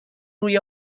روی